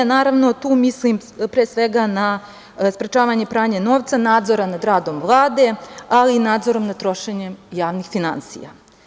Tu mislim pre svega na sprečavanje pranja novca, nadzora nad radom Vlade, ali i nadzorom nad trošenjem javnih finansija.